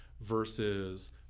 versus